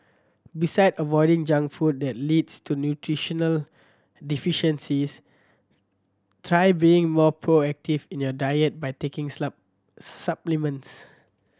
beside avoiding junk food that leads to nutritional deficiencies try being more proactive in your diet by taking supplements